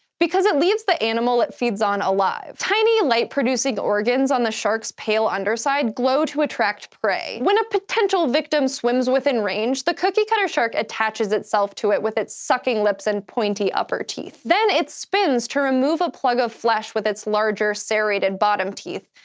because it leaves the animal it feeds on alive. tiny light-producing organs on the shark's pale underside glow to attract prey. prey. when a potential victim swims within range, the cookiecutter shark attaches itself to it with its sucking lips and pointy upper teeth. then it spins to remove a plug of flesh with its larger, serrated bottom teeth,